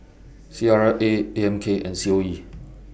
C R A A M K and C O E